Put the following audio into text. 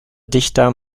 dichter